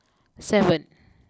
seven